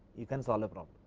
you can solve a but